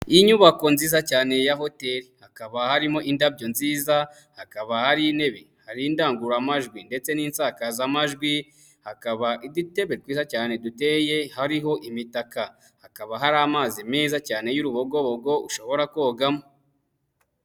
Inyubako nziza cyane ya hoteli, hakaba harimo indabyo nziza, hakaba hari intebe, hari indangururamajwi ndetse n'insakazamajwi, hakaba udutebe twiza cyane duteye, hariho imitaka. Hakaba hari amazi meza cyane y'urubogogo ushobora kogamo.